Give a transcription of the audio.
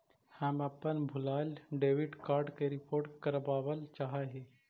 हम अपन भूलायल डेबिट कार्ड के रिपोर्ट करावल चाह ही